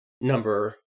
number